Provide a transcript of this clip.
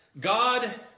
God